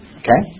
okay